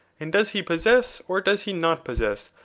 and does he possess, or does he not possess,